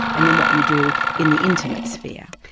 and then what you do in the intimate sphere.